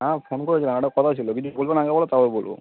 হ্যাঁ ফোন করেছিলাম একটা কথা ছিলো কিছু বলবে না আগে বলো তারপর বলবো